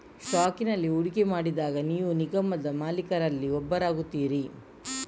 ಸ್ಟಾಕಿನಲ್ಲಿ ಹೂಡಿಕೆ ಮಾಡಿದಾಗ ನೀವು ನಿಗಮದ ಮಾಲೀಕರಲ್ಲಿ ಒಬ್ಬರಾಗುತ್ತೀರಿ